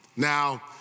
Now